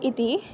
इति